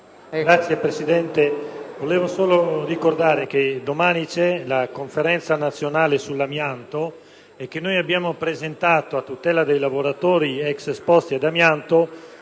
Signor Presidente, volevo solo ricordare che domani si svolgerà la Conferenza nazionale sull'amianto e che noi abbiamo presentato, a tutela dei lavoratori ex esposti ad amianto,